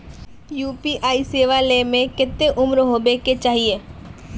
UPI सेवा ले में कते उम्र होबे के चाहिए?